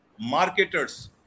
marketers